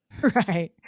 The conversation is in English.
right